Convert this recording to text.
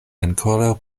ankoraŭ